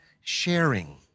sharing